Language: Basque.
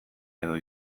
edo